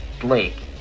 Blake